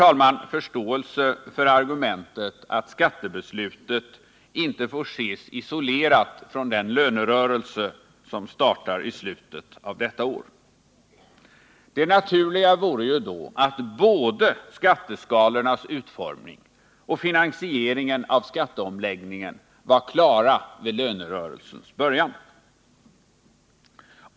Jag har förståelse för argumentet att skattebeslutet inte får ses isolerat från den lönerörelse som startar i slutet av detta år. Det naturliga vore ju då att både skatteskalornas utformning och finansieringen av skatteomläggningen var klara vid lönerörelsens början.